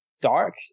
dark